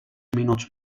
minuts